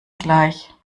gleich